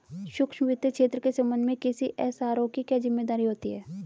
सूक्ष्म वित्त क्षेत्र के संबंध में किसी एस.आर.ओ की क्या जिम्मेदारी होती है?